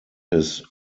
his